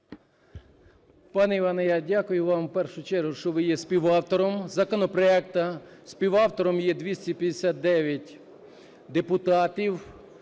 Пане Іване, я дякую вам в першу чергу, що ви є співавтором законопроекту. Співавторами є 259 депутатів.